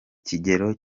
kigero